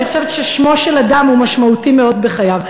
אני חושבת ששמו של אדם הוא משמעותי מאוד בחייו.